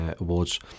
awards